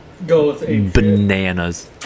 Bananas